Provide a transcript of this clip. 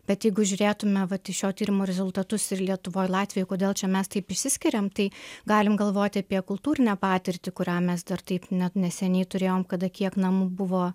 bet jeigu žiūrėtume vat į šio tyrimo rezultatus ir lietuvoj latvijoj kodėl čia mes taip išsiskiriam tai galim galvoti apie kultūrinę patirtį kurią mes dar taip ne neseniai turėjome kada kiek namų buvo